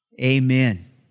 amen